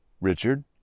Richard